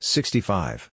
Sixty-five